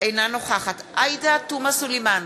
אינה נוכחת עאידה תומא סלימאן,